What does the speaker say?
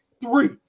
three